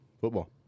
football